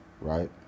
Right